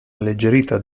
alleggerita